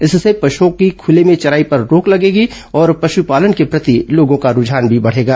इससे पश्ओं की खुले में चराई पर रोक लगेगी और पशुपालन के प्रति लोगों का रूझान बढ़ेगा